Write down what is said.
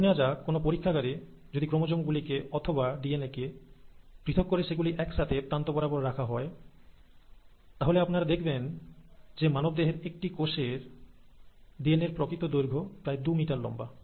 ধরে নেওয়া যাক কোন পরীক্ষাগারে যদি ক্রোমোজোম গুলিকে অথবা ডিএনএ কে পৃথক করে সেগুলি এক সাথে প্রান্ত বরাবর রাখা হয় তাহলে আপনারা দেখবেন যে মানবদেহের একটি কোষের ডিএনএর প্রকৃত দৈর্ঘ্য প্রায় 2 মিটার লম্বা